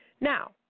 Now